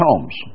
homes